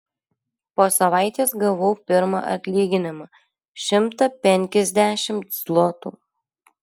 po savaitės gavau pirmą atlyginimą šimtą penkiasdešimt zlotų